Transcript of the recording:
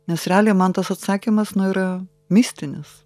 nes realiai man tas atsakymas nu yra mistinis